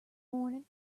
morning